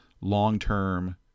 long-term